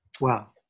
Wow